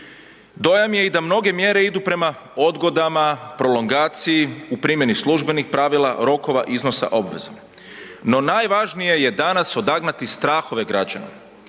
Dojam je i da mnoge mjere idu prema odgodama, prolongaciji u primjeni službenih pravila, rokova, iznosa, obveza, no najvažnije je danas odagnati strahove građana,